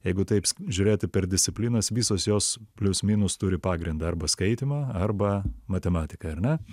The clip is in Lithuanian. jeigu taip žiūrėti per disciplinas visos jos plius minus turi pagrindą arba skaitymą arba matematiką ar ne